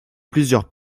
plusieurs